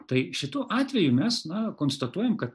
tai šituo atveju mes na konstatuojam kad